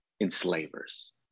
enslavers